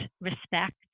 respect